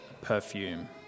perfume